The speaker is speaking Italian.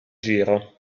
giro